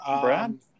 Brad